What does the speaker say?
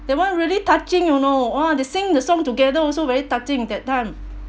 that one really touching you know !wah! they sing the song together also very touching that time